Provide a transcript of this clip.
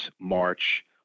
March